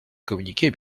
communiquer